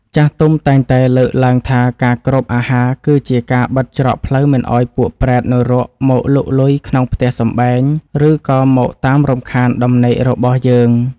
ចាស់ទុំតែងតែលើកឡើងថាការគ្របអាហារ គឺជាការបិទច្រកផ្លូវមិនឱ្យពួកប្រេតនរកមកលុកលុយក្នុងផ្ទះសម្បែង ឬក៏មកតាមរំខានដំណេករបស់យើង។